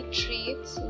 treats